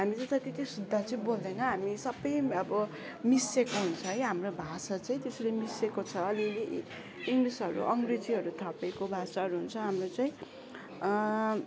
हामीले जति चाहिँ शुद्ध चाहिँ बोल्दैन हामी सबै अब मिसिएको हुन्छ है हाम्रो भाषा चाहिँ त्यसरी मिसिएको छ अलिअलि इङ्लिसहरू अङ्ग्रेजीहरू थपेको भाषाहरू हुन्छ हाम्रो चाहिँ